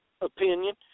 opinion